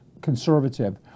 conservative